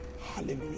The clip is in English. Hallelujah